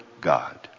God